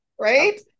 right